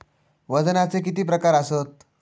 वजनाचे किती प्रकार आसत?